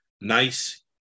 nice